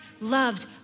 loved